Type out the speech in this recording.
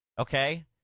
Okay